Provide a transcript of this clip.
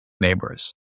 neighbors